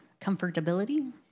comfortability